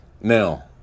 Now